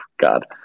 God